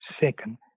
Second